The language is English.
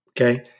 okay